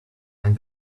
and